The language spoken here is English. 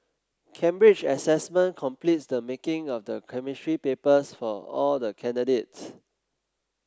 Cambridge Assessment completes the marking of the Chemistry papers for all the candidates